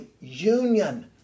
union